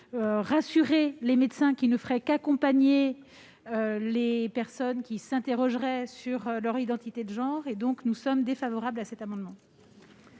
rassurer les médecins qui ne feraient qu'accompagner les personnes qui s'interrogent sur leur identité de genre. Nous sommes donc défavorables à ces amendements.